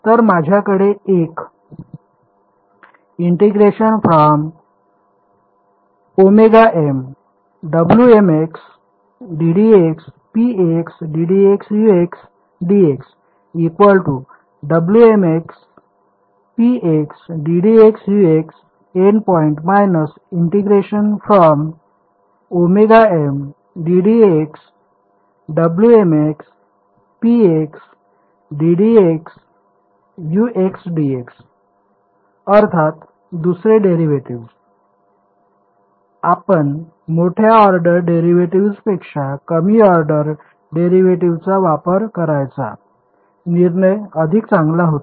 तर माझ्याकडे एक ।end points अर्थात दुसरे डेरिव्हेटिव्ह्ज आपण मोठ्या ऑर्डर डेरिव्हेटिव्ह्जपेक्षा कमी ऑर्डर डेरिव्हेटिव्हचा वापर करण्याचा निर्णय अधिक चांगला होता